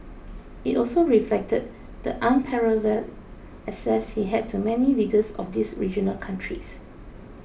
it also reflected the unparalleled access he had to many leaders of these regional countries